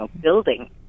building